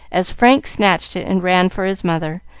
as frank snatched it, and ran for his mother,